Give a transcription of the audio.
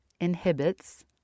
inhibits